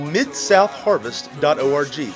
MidSouthHarvest.org